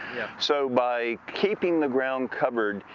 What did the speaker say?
yeah. so, by keeping the ground covered,